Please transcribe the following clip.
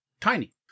tiny